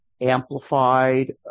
amplified